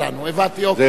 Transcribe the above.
זה חוק ישראלי.